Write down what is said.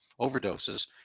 overdoses